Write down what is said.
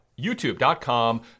YouTube.com